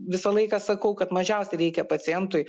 visą laiką sakau kad mažiausiai reikia pacientui